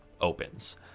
opens